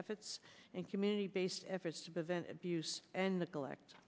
efforts and community based efforts to prevent abuse and neglect